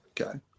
Okay